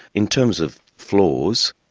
in terms of flaws,